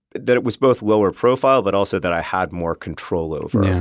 that it was both lower profile but also that i had more control over.